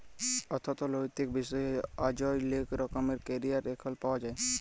অথ্থলৈতিক বিষয়ে অযায় লেক রকমের ক্যারিয়ার এখল পাউয়া যায়